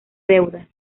deudas